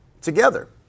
together